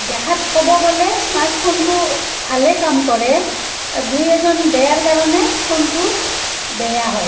দেখাত ক'ব গ'লে স্মাৰ্টফোনটো ভালে কাম কৰে দুই এজন বেয়াৰ কাৰণে ফোনটো বেয়া হয়